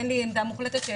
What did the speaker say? אין לי עמדה מוחלטת,